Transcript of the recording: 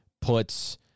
puts